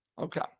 Okay